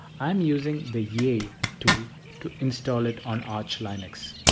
i am using the yay tool to install it on arch linux.